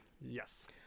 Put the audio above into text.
Yes